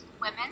women